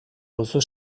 duzu